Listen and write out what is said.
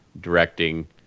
directing